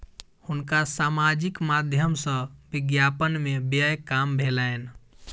हुनका सामाजिक माध्यम सॅ विज्ञापन में व्यय काम भेलैन